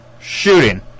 shooting